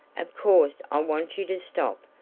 of course i want you to stop,